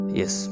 yes